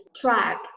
track